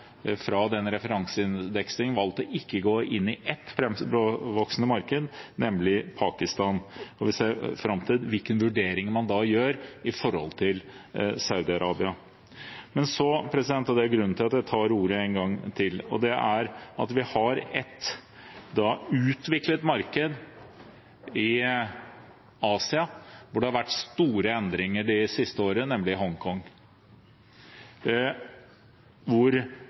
fra den referanseindeksen valgt ikke å gå inn i ett framvoksende marked, nemlig Pakistan, og vi ser fram til hvilken vurdering man da gjør når det gjelder Saudi-Arabia. Grunnen til at jeg tar ordet en gang til, er at vi har ett utviklet marked i Asia hvor det har vært store endringer det siste året, nemlig Hongkong, hvor